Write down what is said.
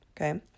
Okay